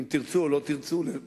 אם תרצו או לא תרצו, ל"לא",